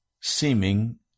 seeming